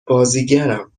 بازیگرم